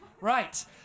Right